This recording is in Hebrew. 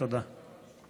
תודה.